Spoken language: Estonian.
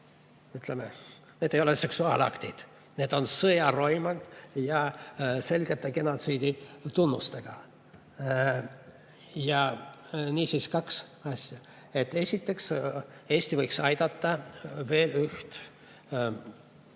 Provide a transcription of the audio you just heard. need ei ole seksuaalaktid, need on sõjaroimad ja selgete genotsiidi tunnustega. Niisiis, kaks asja. Esiteks, Eesti võiks aidata veel üht